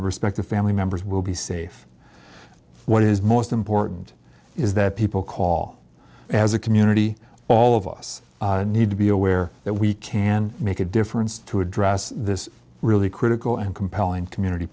respective family members will be safe what is most important is that people call as a community all of us need to be aware that we can make a difference to address this really critical and compelling community